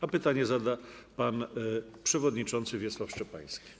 A pytanie zada pan przewodniczący Wiesław Szczepański.